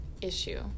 issue